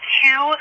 two